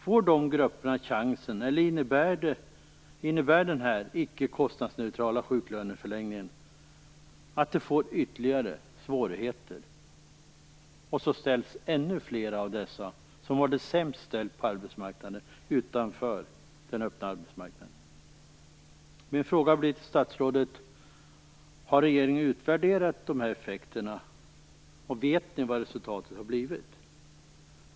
Får dessa grupper en chans, eller innebär den icke kostnadsneutrala sjuklöneförlängningen att de får ytterligare svårigheter så att ännu fler av dem som har det sämst ställt ställs utanför den öppna arbetsmarknaden? Jag har några frågor till statsrådet. Har regeringen utvärderat dessa effekter, och känner man till resultatet?